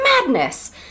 madness